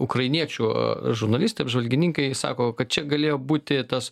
ukrainiečių žurnalistai apžvalgininkai sako kad čia galėjo būti tas